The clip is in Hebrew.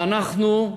ואנחנו,